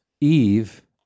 Eve